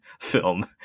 film